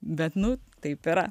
bet nu taip yra